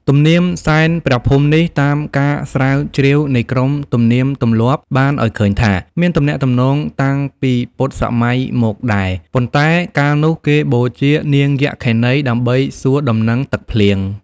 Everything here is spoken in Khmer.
ទំនៀមសែនព្រះភូមិនេះ តាមការស្រាវជ្រាវនៃក្រុមទំនៀមទម្លាប់បានឲ្យឃើញថា មានទំនាក់ទំនងតាំងពីពុទ្ធសម័យមកដែរ ប៉ុន្តែកាលនោះ គេបូជានាងយក្ខិនី ដើម្បីសួរដំណឹងទឹកភ្លៀង ។